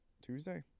Tuesday